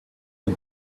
had